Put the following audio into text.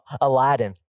Aladdin